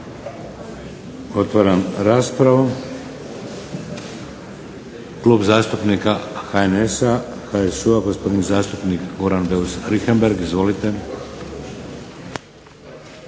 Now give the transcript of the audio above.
Otvaram raspravu. Klub zastupnika HNS HSU gospodin zastupnik Goran Beus Richembergh.